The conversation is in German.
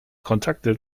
kontakte